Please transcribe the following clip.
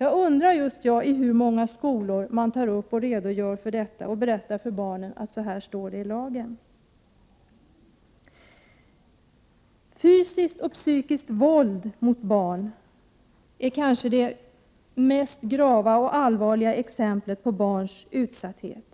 Jag undrar just i hur många skolor man redogör för detta och berättar för barnen att det står så här i lagen. Fysiskt och psykiskt våld mot barn är kanske det mest grava och allvarliga exemplet på barns utsatthet.